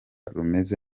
rumeze